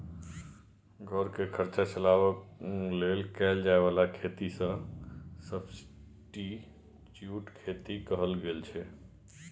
घर केर खर्चा चलाबे लेल कएल जाए बला खेती केँ सब्सटीट्युट खेती कहल जाइ छै